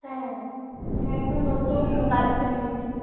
হ্যাঁ হ্যাঁ হ্যাঁ এখন নতুন কালেকশান এনেছি